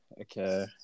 okay